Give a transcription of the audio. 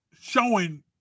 showing